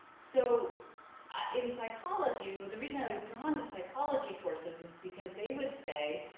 so in psychology, or the reason i was drawn to psychology courses is because they would say,